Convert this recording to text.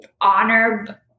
honor